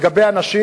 לעניין הנשים,